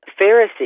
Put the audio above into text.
Pharisee